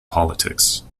politics